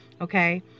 okay